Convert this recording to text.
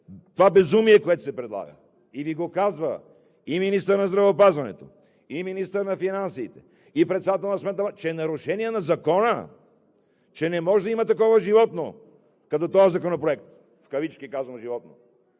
това безумие, което се предлага? И Ви го казва и министърът на здравеопазването, и министърът на финансите, и председателят на Сметната палата, че е нарушение на закона, че не може да има такова животно като този законопроект, в кавички казано животно.